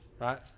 right